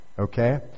okay